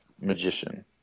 magician